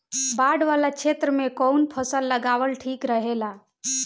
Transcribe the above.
बाढ़ वाला क्षेत्र में कउन फसल लगावल ठिक रहेला?